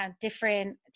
different